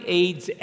aids